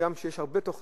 והגם שיש הרבה תוכניות